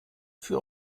für